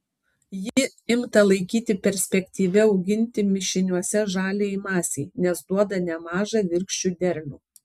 ji imta laikyti perspektyvia auginti mišiniuose žaliajai masei nes duoda nemažą virkščių derlių